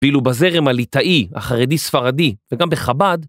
ואילו בזרם הליטאי, החרדי-ספרדי וגם בחב"ד...